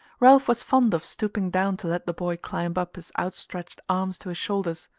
ralph was fond of stooping down to let the boy climb up his outstretched arms to his shoulders,